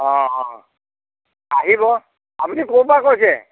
অঁ অঁ আহিব আপুনি ক'ৰ পৰা কৈছে